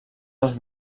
els